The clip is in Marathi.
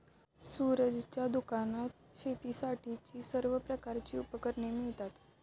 सूरजच्या दुकानात शेतीसाठीची सर्व प्रकारची उपकरणे मिळतात